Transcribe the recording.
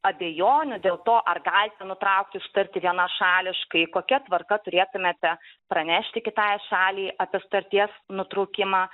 abejonių dėl to ar galite nutraukti sutartį vienašališkai kokia tvarka turėtumėte pranešti kitai šaliai apie sutarties nutraukimą